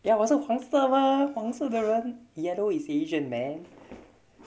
ya 我是黄色 mah 黄色的人 yellow is asian man